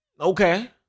okay